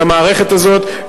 את המערכת הזאת,